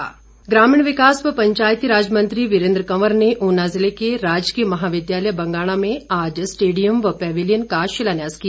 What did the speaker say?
वीरेंद्र कंवर ग्रामीण विकास व पंचायतीराज मंत्री वीरेन्द्र कवर ने ऊना जिले के राजकीय महाविद्यालय बंगाणा में आज स्टेडियम व पैवेलियन का शिलान्यास किया